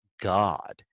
god